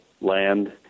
land